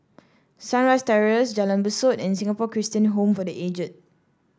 Sunrise Terrace Jalan Besut and Singapore Christian Home for The Aged